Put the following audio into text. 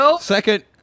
second